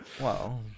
Wow